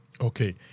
Okay